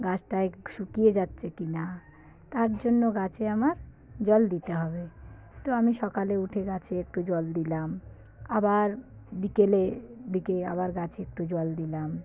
গাছটায় শুকিয়ে যাচ্ছে কি না তার জন্য গাছে আমার জল দিতে হবে তো আমি সকালে উঠে গাছে একটু জল দিলাম আবার বিকেলে দিকে আবার গাছে একটু জল দিলাম